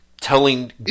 telling